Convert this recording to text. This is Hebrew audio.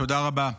תודה רבה.